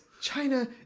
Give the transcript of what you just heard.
China